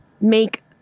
make